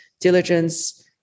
diligence